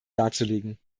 darzulegen